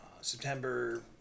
September